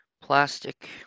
plastic